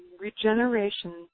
regeneration